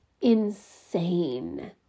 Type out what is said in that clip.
insane